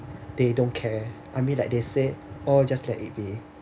they don't care I mean like they said all just let it be